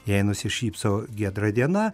jei nusišypso giedra diena